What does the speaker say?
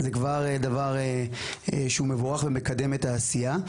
זה כבר דבר שהוא מבורך ומקדם את העשייה.